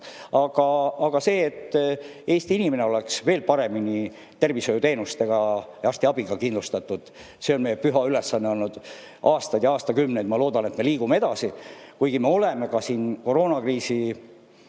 Aga see, et Eesti inimene oleks veel paremini tervishoiuteenustega ja arstiabiga kindlustatud, on meie püha ülesanne olnud aastaid ja aastakümneid. Ma loodan, et me liigume edasi, kuigi me isegi koroonakriisi